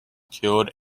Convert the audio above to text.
killed